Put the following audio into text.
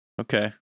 Okay